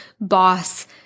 boss